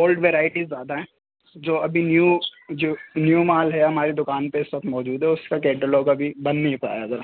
old variety زیادہ ہیں جو ابھی نیو جو نیو مال ہے ہمارے دوکان پہ سب موجود ہے اس کا کیٹولاگ ابھی بن نہیں پایا ذرا